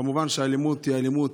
כמובן שאלימות היא אלימות,